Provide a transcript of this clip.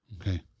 Okay